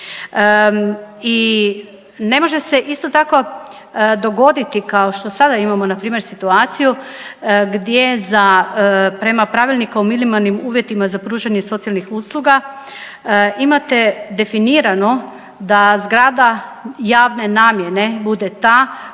I ne može se isto tako dogoditi kao što sada imamo npr. situaciju gdje za prema Pravilniku o minimalnim uvjetima za pružanje socijalnih usluga imate definirano da zgrada javne namjene bude ta